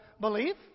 belief